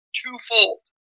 twofold